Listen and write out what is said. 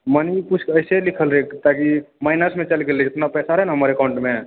money किछु ऐसे लिखल रहै ताकि माइनसमे चलि गेलै जितना पैसा रहै ने हमर अकाउंटमे